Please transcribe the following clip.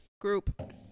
Group